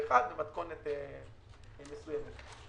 2021 במתכונת מסוימת.